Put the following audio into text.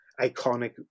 iconic